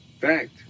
Fact